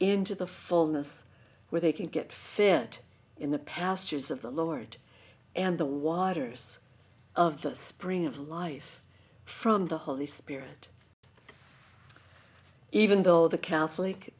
into the fullness where they can get fit in the pastors of the lord and the wider us of the spring of life from the holy spirit even though the catholic